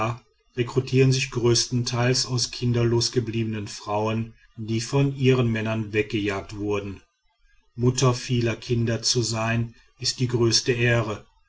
rekrutieren sich großenteils aus kinderlos gebliebenen frauen die von ihren männern weggejagt wurden mutter vieler kinder zu sein ist die größte ehre